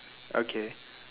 okay